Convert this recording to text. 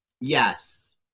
Yes